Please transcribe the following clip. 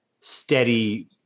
steady